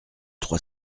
trois